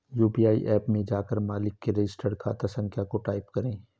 UPI app में जाकर मालिक के रजिस्टर्ड खाता संख्या को टाईप करें